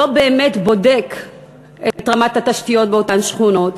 לא באמת בודק את רמת התשתיות באותן שכונות,